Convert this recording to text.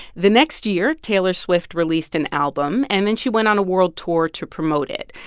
the next year, taylor swift released an album, and then she went on a world tour to promote it.